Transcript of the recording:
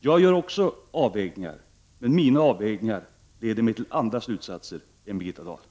Jag gör alltså avvägningar, men mina avvägningar leder mig till andra slutsatser än Birgitta Dahls.